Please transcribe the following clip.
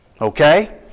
Okay